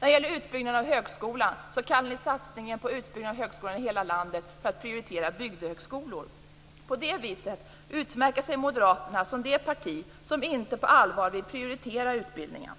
När det gäller utbyggnaden av högskolan kallar ni satsningen på utbyggnad av högskolan i hela landet för prioritering av bygdehögskolor. På det viset utmärker sig moderaterna som det parti som inte på allvar vill prioritera utbildningen.